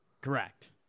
Correct